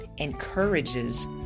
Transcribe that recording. encourages